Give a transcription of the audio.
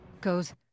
goes